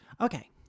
Okay